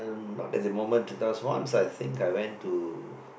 not at the moment because once I think I went to